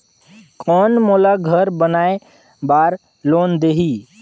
कौन मोला घर बनाय बार लोन देही?